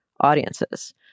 audiences